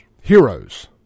heroes